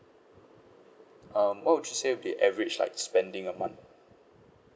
um what would you say the average like spending a month